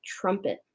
trumpet